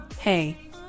Hey